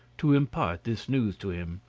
to impart this news to him.